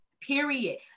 Period